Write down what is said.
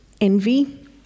envy